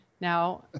now